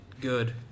good